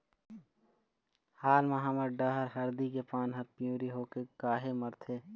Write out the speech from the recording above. हाल मा हमर डहर हरदी के पान हर पिवरी होके काहे मरथे?